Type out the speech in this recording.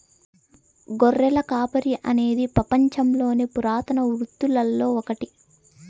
గొర్రెల కాపరి అనేది పపంచంలోని పురాతన వృత్తులలో ఒకటి